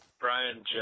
Brian